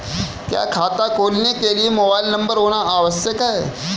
क्या खाता खोलने के लिए मोबाइल नंबर होना आवश्यक है?